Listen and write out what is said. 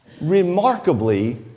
remarkably